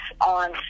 on